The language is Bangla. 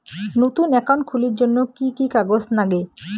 নতুন একাউন্ট খুলির জন্যে কি কি কাগজ নাগে?